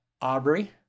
aubrey